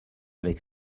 avec